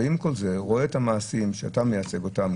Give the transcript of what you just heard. ועם כל זה הוא רואה את המעשים שאתה מייצג אותך,